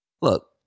Look